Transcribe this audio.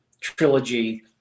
trilogy